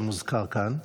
שמוזכר כאן,